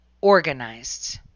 organized